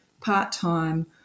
part-time